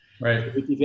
Right